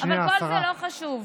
אבל כל זה לא חשוב.